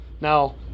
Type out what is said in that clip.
now